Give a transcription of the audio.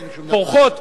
פורחות,